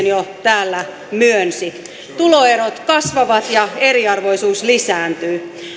jo täällä myönsi tuloerot kasvavat ja eriarvoisuus lisääntyy